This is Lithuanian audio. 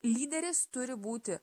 lyderis turi būti